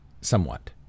somewhat